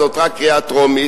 זאת רק קריאה טרומית,